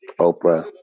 Oprah